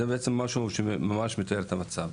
זה בעצם משהו שממש מתאר את המצב.